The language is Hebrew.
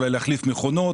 אולי להחליף את המכונות,